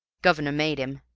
governor made him.